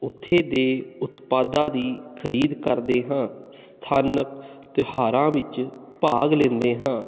ਉੱਥੇ ਦੇ ਉਤਪਾਦਾਂ ਦੀ ਖਰੀਦ ਕਰਦੇ ਹਾਂ ਸਥਾਨਕ ਤਿਉਹਾਰਾਂ ਵਿੱਚ ਭਾਗ ਲੈਂਦੇ ਹਾਂ